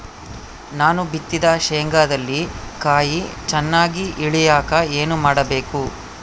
ನಾನು ಬಿತ್ತಿದ ಶೇಂಗಾದಲ್ಲಿ ಕಾಯಿ ಚನ್ನಾಗಿ ಇಳಿಯಕ ಏನು ಮಾಡಬೇಕು?